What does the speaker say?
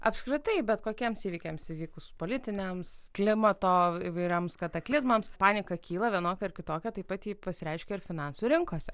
apskritai bet kokiems įvykiams įvykus politiniams klimato įvairioms kataklizmams panika kyla vienokių ar kitokia taip pat ji pasireiškia ir finansų rinkose